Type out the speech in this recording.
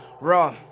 Raw